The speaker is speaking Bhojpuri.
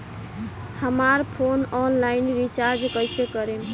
हमार फोन ऑनलाइन रीचार्ज कईसे करेम?